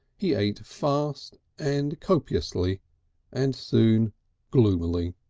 he ate fast, and copiously and soon gloomily.